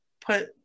put